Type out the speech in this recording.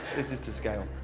this is to scale,